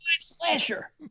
Slasher